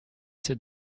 c’est